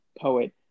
poet